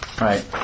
Right